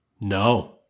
no